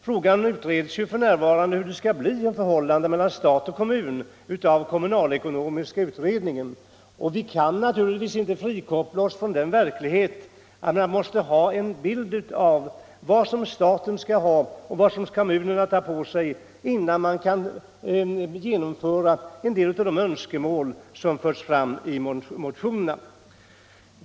Frågan om hur det skall bli med förhållandena mellan stat och kommuner utreds f. n. av den kommunalekonomiska utredningen, och vi kan naturligtvis inte frikoppla oss från verkligheten; vi måste ha en bild av vad staten skall ta på sig och vad kommunerna skall ta på sig i fråga om kostnader, innan vi kan tillgodose en del av de önskemål som förs fram i motionerna.